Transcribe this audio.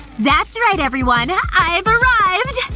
that's right, everyone. i have arrived!